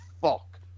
fuck